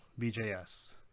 BJS